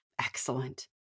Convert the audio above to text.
Excellent